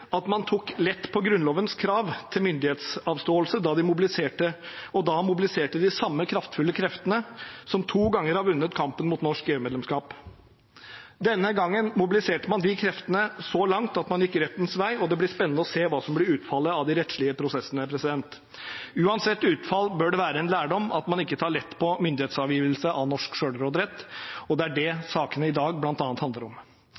at man tok lett på Grunnlovens krav til myndighetsavståelse, og da mobiliserte de samme kraftfulle kreftene som to ganger har vunnet kampen mot norsk EU-medlemskap. Denne gangen mobiliserte man de kreftene så langt at man gikk rettens vei, og det blir spennende å se hva som blir utfallet av de rettslige prosessene. Uansett utfall bør det være en lærdom at man ikke tar lett på myndighetsavgivelse av norsk sjølråderett, og det er det saken i dag bl.a. handler om.